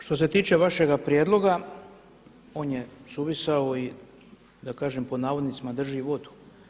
Što se tiče vašega prijedloga on je suvisao i da kažem pod navodnicima drži vodu.